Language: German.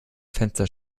fenster